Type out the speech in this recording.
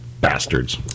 Bastards